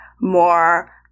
more